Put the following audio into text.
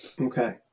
Okay